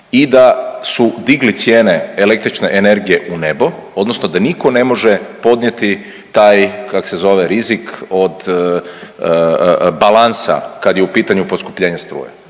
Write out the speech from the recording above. i da su digli cijene električne energije u nebo odnosno da niko ne može podnijeti taj, kako se zove, rizik od balansa kad je u pitanju poskupljenje struje,